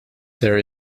there